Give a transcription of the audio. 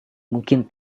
mungkin